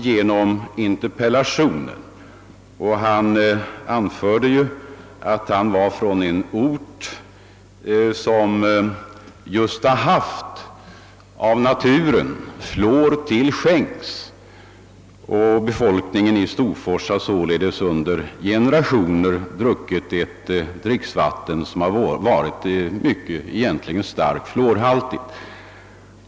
Herr Andersson omtalade att han är från en ort som haft en naturlig hög fluorkoncentration i sitt vatten; befolkningen i Storfors har alltså under generationer haft ett dricksvatten med en hög fluorhalt.